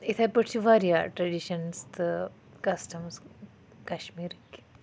اِتھے پٲٹھۍ چھِ واریاہ ٹریٚڈِشَنٕز تہٕ کَسٹَمس کَشمیٖرٕکۍ